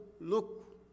look